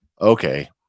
okay